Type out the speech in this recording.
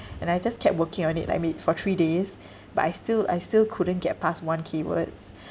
and I just kept working on it like maybe for three days but I still I still couldn't get past one K words